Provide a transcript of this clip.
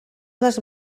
les